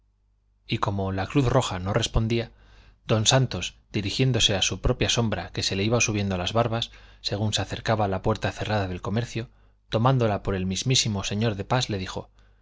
y como la cruz roja no respondía don santos dirigiéndose a su propia sombra que se le iba subiendo a las barbas según se acercaba a la puerta cerrada del comercio tomándola por el mismísimo señor de pas le dijo